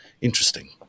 interesting